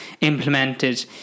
implemented